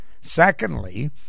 Secondly